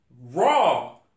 RAW